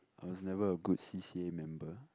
I was never a good C_C_A member